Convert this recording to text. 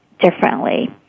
differently